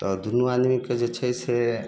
तऽ दुन्नू आदमीके जे छै से